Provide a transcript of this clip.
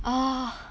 ugh